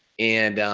and